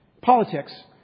politics